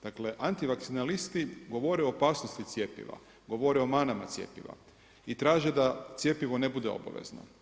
Dakle, antivakcinalisti govore o opasnosti cjepiva, govore o mana cjepiva i traže da cjepivo ne bude obavezno.